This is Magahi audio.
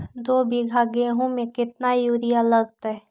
दो बीघा गेंहू में केतना यूरिया लगतै?